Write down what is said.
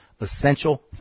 essential